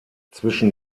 zwischen